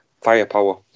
firepower